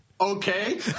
Okay